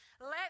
let